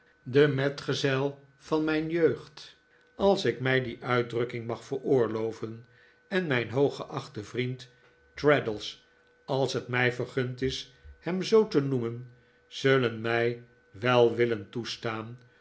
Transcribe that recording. de metgezel van mijn jeugd als ik mij die uitdrukking mag veroorloven en mijn hooggeachte vriend traddles als het mij vergund is hem zoo te noemen zullen mij wel willen toestaan